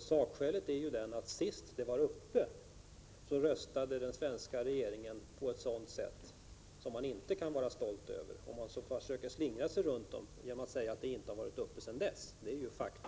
Senast den frågan var uppe i FN röstade den svenska regeringen på ett sätt som man inte kan vara stolt över och som utskottsmajoriteten försöker slingra sig runt genom att säga att frågan inte har varit uppe sedan 1983.